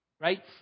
right